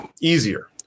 easier